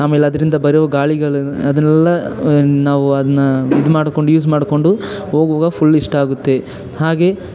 ಆಮೇಲೆ ಅದರಿಂದ ಬರುವ ಗಾಳಿಗಳು ಅದನ್ನೆಲ್ಲ ನಾವು ಅದನ್ನ ಇದ್ಮಾಡಿಕೊಂಡು ಯೂಸ್ ಮಾಡಿಕೊಂಡು ಹೋಗುವಾಗ ಫುಲ್ ಇಷ್ಟ ಆಗುತ್ತೆ ಹಾಗೆ